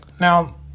Now